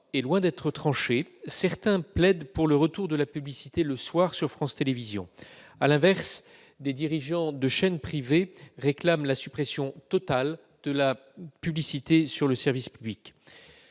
est loin d'être tranché. Certains plaident pour le retour de la publicité le soir sur France Télévisions. À l'inverse, des dirigeants de chaînes privées réclament la suppression totale de la publicité sur le service public.